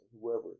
whoever